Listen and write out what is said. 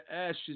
ashes